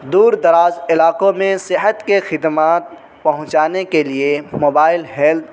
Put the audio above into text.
دور دراز علاقوں میں صحت کے خدمات پہنچانے کے لیے موبائل ہیلتھ